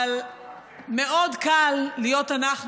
אבל מאוד קל להיות אנחנו,